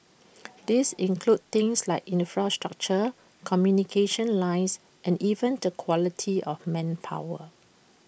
these include things like infrastructure communication lines and even the quality of manpower